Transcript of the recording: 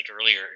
earlier